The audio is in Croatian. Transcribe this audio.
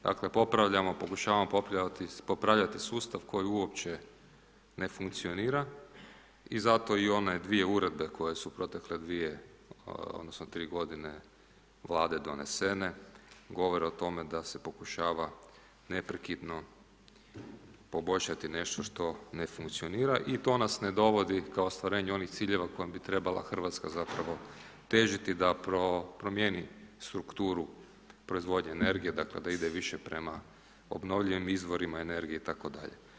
Dakle, popravljamo, pokušavamo popravljati sustav koji uopće ne funkcionira i zato i one dvije uredbe koje su protekle dvije, odnosno tri godine vlade donesene, govore o tome da se pokušava neprekidno poboljšati nešto što ne funkcionira i to nas ne dovodi ka ostvarenju onih ciljeva kojim bi trebala Hrvatska zapravo težiti da promijeni strukturu proizvodnje energije, dakle da ide više prema obnovljivim izvorima energije itd.